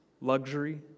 luxury